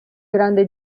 grande